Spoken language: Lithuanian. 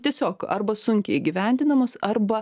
tiesiog arba sunkiai įgyvendinamos arba